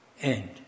end